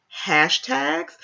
hashtags